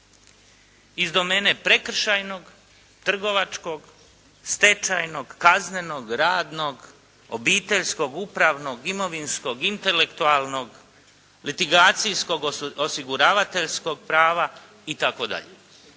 iz domene prekršajnog, trgovačkog, stečajnog, kaznenog, radnog, obiteljskog, upravnog, imovinskog, intelektualnog, litigacijskog, osiguravateljskog prava itd.